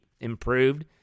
Improved